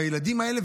בילדים האלה.